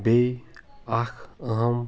بیٚیہِ اَکھ أہم